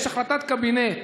יש החלטת קבינט